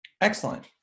Excellent